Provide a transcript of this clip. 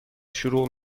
شروع